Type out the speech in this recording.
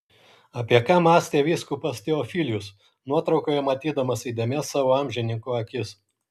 apie ką mąstė vyskupas teofilius nuotraukoje matydamas įdėmias savo amžininko akis